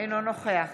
אינו נוכח